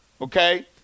okay